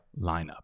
lineup